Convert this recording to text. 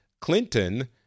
Clinton